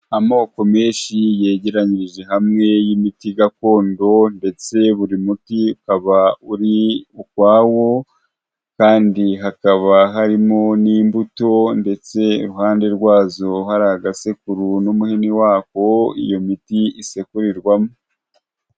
Amoko menshi yegeranyirije hamwe y'imiti gakondo ndetse buri muti ukaba uri ukwawo kandi hakaba harimo n'imbuto ndetse iruhande rwazo hari agasekuru n'umuhini wako iyo miti isekurirwamo.